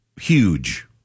huge